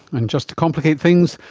and just to complicate things,